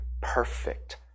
perfect